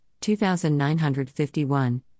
2951